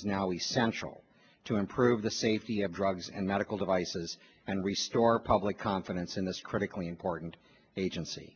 is now essential to improve the safety of drugs and medical devices and restart public confidence in this critically important agency